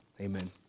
amen